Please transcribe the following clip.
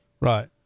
Right